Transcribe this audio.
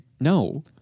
no